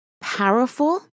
powerful